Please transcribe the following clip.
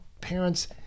parents